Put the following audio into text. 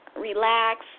Relax